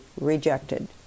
rejected